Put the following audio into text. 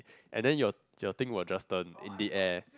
and then your your thing will just turn in the air